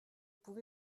pouvez